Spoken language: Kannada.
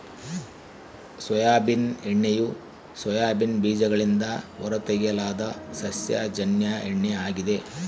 ಸೋಯಾಬೀನ್ ಎಣ್ಣೆಯು ಸೋಯಾಬೀನ್ ಬೀಜಗಳಿಂದ ಹೊರತೆಗೆಯಲಾದ ಸಸ್ಯಜನ್ಯ ಎಣ್ಣೆ ಆಗಿದೆ